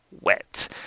wet